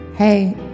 Hey